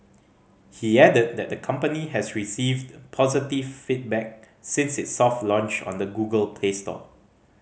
he added that the company has received positive feedback since its soft launch on the Google Play store